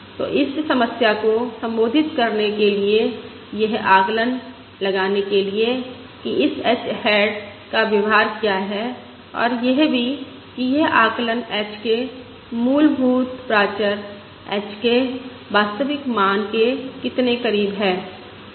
तो इस समस्या को संबोधित करने के लिए यह आकलन लगाने के लिए कि इस हैट का व्यवहार क्या है और यह भी कि यह आकलन h के मूलभूत प्राचर h के वास्तविक मान के कितने करीब है